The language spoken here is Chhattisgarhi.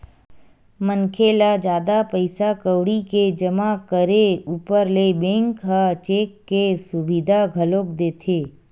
मनखे ल जादा पइसा कउड़ी के जमा करे ऊपर ले बेंक ह चेक के सुबिधा घलोक देथे